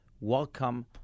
welcome